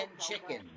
chicken